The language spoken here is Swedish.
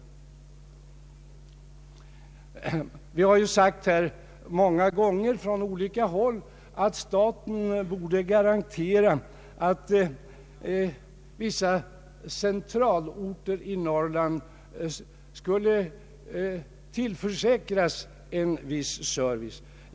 Det har många gånger sagts från olika håll att staten borde garantera att vissa centralorter i Norrland skulle tillförsäkras en viss service.